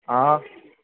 હા